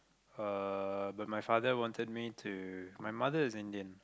uh but my father wanted me to my mother is Indian